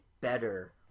better